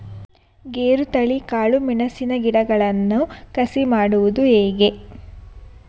ಗೇರುತಳಿ, ಕಾಳು ಮೆಣಸಿನ ಗಿಡಗಳನ್ನು ಕಸಿ ಮಾಡುವುದು ಹೇಗೆ?